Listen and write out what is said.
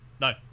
No